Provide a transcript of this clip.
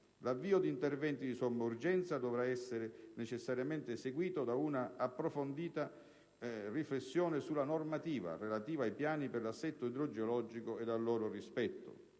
L'avvio di interventi di somma urgenza dovrà essere necessariamente seguito da una approfondita riflessione sulla normativa relativa ai piani per l'assetto idrogeologico ed al loro rispetto.